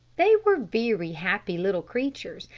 they were very happy little creatures,